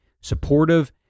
supportive